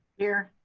here.